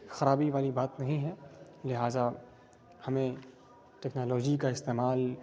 خرابی والی بات نہیں ہے لہٰذا ہمیں ٹیکنالوجی کا استعمال